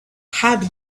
had